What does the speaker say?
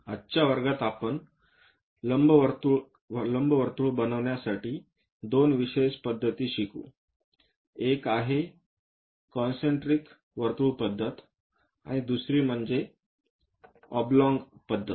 आजच्या वर्गात आपण लंबवर्तुळ बांधण्यासाठी दोन विशेष पद्धती शिकू एक आहे कॉन्सन्ट्रीक वर्तुळ पद्धत आणि दुसरी म्हणजे ऑबलॉंग पद्धत